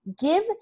Give